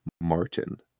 Martin